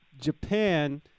Japan